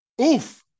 Oof